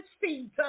feet